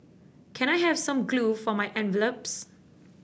can I have some glue for my envelopes